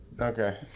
Okay